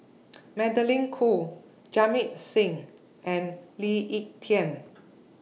Magdalene Khoo Jamit Singh and Lee Ek Tieng